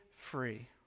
free